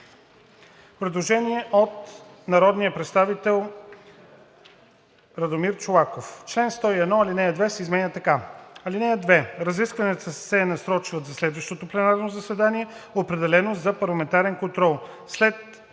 предложение на народния представител Радомир Чолаков. „В член 101 ал.2 се изменя така: (2) Разискванията се насрочват за следващото пленарно заседание, определено за парламентарен контрол.